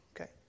Okay